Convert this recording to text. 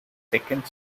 second